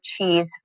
cheese